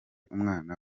umwana